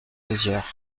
mézières